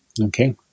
Okay